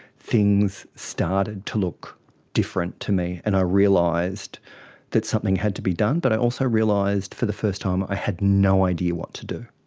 things started to look different to me and i realised that something had to be done. but i also realised for the first time that i had no idea what to do,